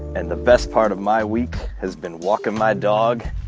and the best part of my week has been walking my dog,